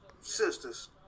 sisters